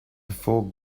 before